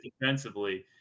defensively